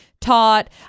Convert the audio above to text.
taught